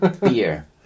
beer